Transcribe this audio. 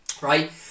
Right